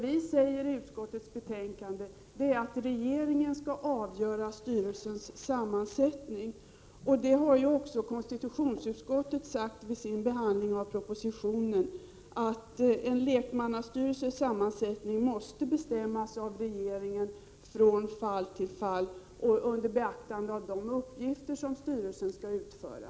Vi säger i utskottets betänkande att regeringen skall avgöra styrelsens sammansättning. Också konstitutionsutskottet har vid dess behandling av propositionen sagt att en lekmannastyrelses sammansättning måste bestämmas av regeringen från fall till fall under beaktande av de uppgifter som styrelsen har att utföra.